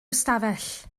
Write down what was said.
ystafell